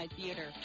Theater